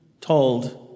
told